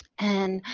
and,